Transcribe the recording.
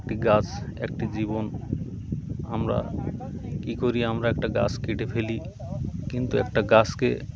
একটি গাছ একটি জীবন আমরা কী করি আমরা একটা গাছ কেটে ফেলি কিন্তু একটা গাছকে